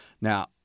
Now